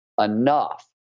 enough